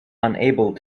unable